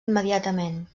immediatament